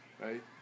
right